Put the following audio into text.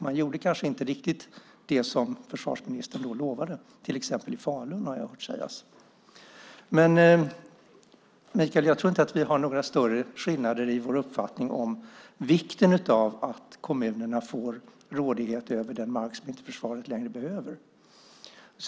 Man gjorde kanske inte riktigt som försvarsministern lovade, till exempel i Falun. Men jag tror inte, Michael, att det är några större skillnader i vår uppfattning om vikten av att kommunerna får rådighet över den mark som försvaret inte längre behöver.